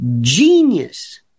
Genius